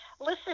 listen